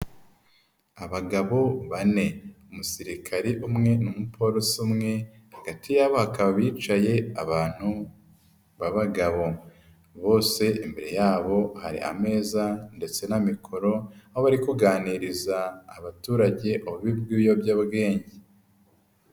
Abagabo bane umusirikare umwe n'umupolisi umwe hagati yabo bakaba bicaye abantu b'abagabo, bose imbere yabo hari ameza ndetse na mikoro aho bari kuganiriza abaturage ububi bw'ibiyobyabwenge.